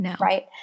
right